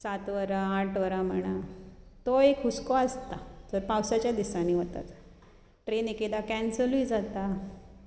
सात वरां आठ वरां म्हणा तो एक हुस्को आसता जर पावसाच्या दिसांनी वता तर ट्रॅन एक एकदा कॅन्सलय जाता